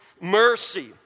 mercy